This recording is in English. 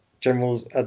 General's